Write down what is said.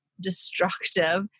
destructive